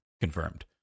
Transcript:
Confirmed